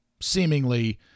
seemingly